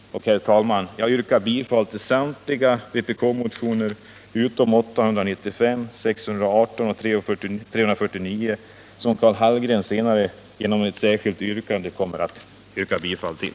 Herr talman! Jag yrkar bifall till samtliga vpk-motioner utom nr 895, 618 och 349, som Karl Hallgren senare genom ett särskilt yrkande kommer att hemställa om bifall till.